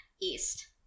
East